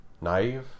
Naive